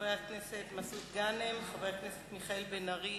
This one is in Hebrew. חבר הכנסת מסעוד גנאים, חבר הכנסת מיכאל בן-ארי.